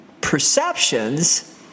perceptions